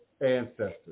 ancestors